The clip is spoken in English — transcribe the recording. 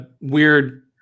weird